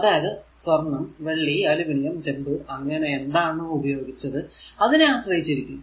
അതായതു സ്വർണം വെള്ളി അലുമിനിയം ചെമ്പ് അങ്ങനെ എന്താണോ ഉപയോഗിച്ചത് അതിനെ ആശ്രയിച്ചിരിക്കും